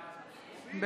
בעד גדעון סער, נגד